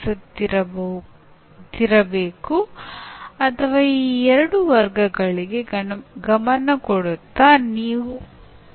ಈಗ ಇದನ್ನು ತಾಂತ್ರಿಕವಾಗಿ ಸಾಮಾಜಿಕ ರಚನಾತ್ಮಕತೆಯ ಅಡಿಯಲ್ಲಿ ಗ್ರಹಿಸಬಹುದು ಆದರೆ ಇಲ್ಲಿ ಅದು ಇದನ್ನು ಎತ್ತಿ ತೋರಿಸುತ್ತದೆ